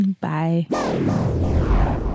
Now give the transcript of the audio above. Bye